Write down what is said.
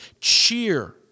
cheer